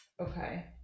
okay